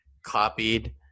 Copied